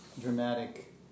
dramatic